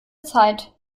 zeit